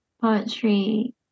poetry